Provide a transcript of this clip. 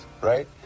right